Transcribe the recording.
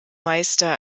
meister